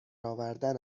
آوردن